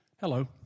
Hello